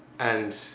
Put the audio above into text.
and